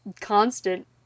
constant